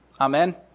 Amen